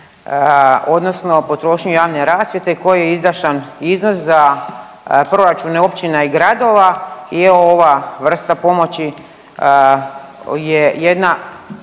odnosno potrošnju javne rasvjete koji je izdašan iznos za proračune općina i gradova. I evo ova vrsta pomoći je jedna